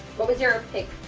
what was your pick?